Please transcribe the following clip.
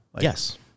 Yes